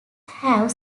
have